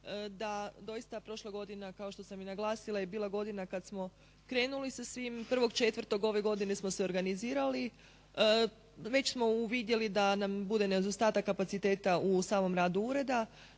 da doista prošla godina kao što sam i naglasila je bila godina kad smo krenuli sa svim. 1.4. ove godine smo se organizirali, već smo uvidjeli da nam bude nedostatak kapaciteta u samom radu ureda,